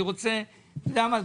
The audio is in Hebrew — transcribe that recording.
אתה יודע מה?